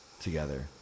together